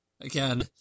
again